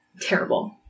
terrible